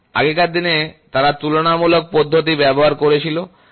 আগেকার দিনে তারা তুলনামূলক পদ্ধতি ব্যবহার করেছিল